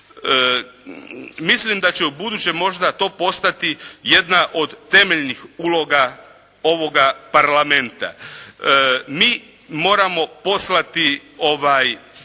Mislim da će ubuduće možda to postati jedna od temeljnih uloga ovoga Parlamenta. Mi moramo poslati poruku